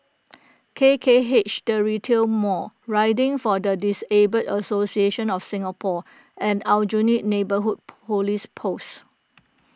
K K H the Retail Mall Riding for the Disabled Association of Singapore and Aljunied Neighbourhood Police Post